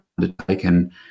undertaken